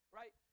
right